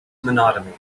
monotony